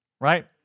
right